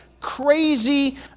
crazy